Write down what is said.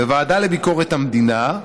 בוועדה לביקורת המדינה,